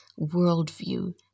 worldview